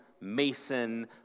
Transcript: Mason